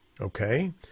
okay